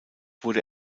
wurde